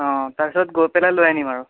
অঁ তাৰপিছত গৈ পেলাই লৈ আনিম আৰু